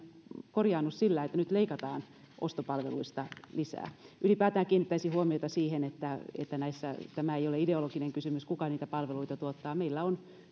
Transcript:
korjaannu sillä että nyt leikataan ostopalveluista lisää ylipäätään kiinnittäisin huomiota siihen että että tämä ei ole ideologinen kysymys kuka niitä palveluita tuottaa meillä on